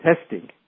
testing